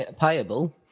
payable